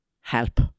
Help